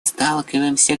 сталкиваемся